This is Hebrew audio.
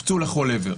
הופצו לכל עבר.